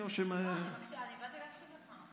לא, אני באתי להקשיב לך.